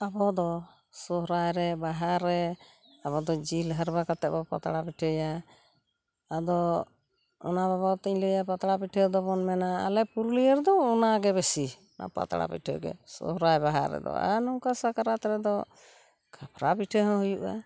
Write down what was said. ᱟᱵᱚ ᱫᱚ ᱥᱚᱦᱚᱨᱟᱭᱨᱮ ᱵᱟᱦᱟᱨᱮ ᱟᱵᱚᱫᱚ ᱡᱤᱞ ᱦᱟᱨᱵᱟ ᱠᱟᱛᱮᱜ ᱯᱟᱛᱲᱟ ᱯᱤᱴᱷᱟᱹᱭᱟ ᱟᱫᱚ ᱚᱱᱟ ᱵᱟᱵᱚᱛᱤᱧ ᱞᱟᱹᱭᱟ ᱯᱟᱛᱲᱟ ᱯᱤᱴᱷᱟᱹ ᱫᱚᱵᱚᱱ ᱢᱮᱱᱟ ᱟᱞᱮ ᱯᱩᱨᱩᱞᱤᱭᱟᱹ ᱨᱮᱫᱚ ᱚᱱᱟᱜᱮ ᱵᱮᱥᱤ ᱱᱚᱣᱟ ᱯᱟᱛᱲᱟ ᱯᱤᱴᱷᱟᱹᱜᱮ ᱥᱚᱦᱚᱨᱟᱭ ᱨᱟᱦᱟ ᱨᱮᱫᱚ ᱟᱨ ᱱᱚᱝᱠᱟ ᱥᱟᱠᱨᱟᱛ ᱨᱮᱫᱚ ᱠᱷᱟᱯᱨᱟ ᱯᱤᱴᱷᱟᱹ ᱦᱚᱸ ᱦᱩᱭᱩᱜᱼᱟ